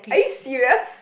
are you serious